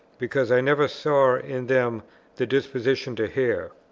because i never saw in them the disposition to hear.